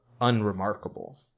unremarkable